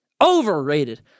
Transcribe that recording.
Overrated